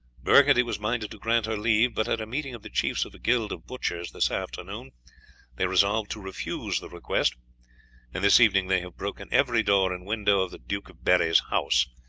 burgundy was minded to grant her leave, but at a meeting of the chiefs of the guild of butchers this afternoon they resolved to refuse the request and this evening they have broken every door and window of the duke of berri's house,